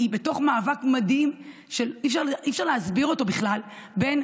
היא בתוך מאבק מדהים שאי-אפשר להסביר אותו בכלל בין